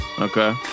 Okay